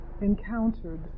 encountered